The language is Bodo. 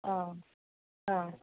औ औ